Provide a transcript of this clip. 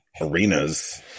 arenas